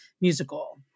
musical